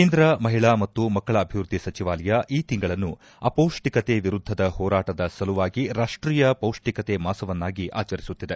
ಕೇಂದ್ರ ಮಹಿಳಾ ಮತ್ತು ಮಕ್ಕಳ ಅಭಿವೃದ್ಧಿ ಸಚಿವಾಲಯ ಈ ತಿಂಗಳನ್ನು ಅಪೌಷ್ಟಿಕತೆ ವಿರುದ್ಧದ ಹೋರಾಟದ ಸಲುವಾಗಿ ರಾಷ್ಟೀಯ ಪೌಷ್ಟಿಕತೆ ಮಾಸವನ್ನಾಗಿ ಆಚರಿಸುತ್ತಿದೆ